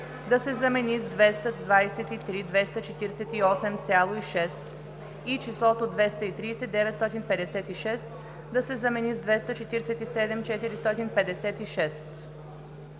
да се замени с „223 248,6“ и числото „230 956“ да се замени с „247 456“.“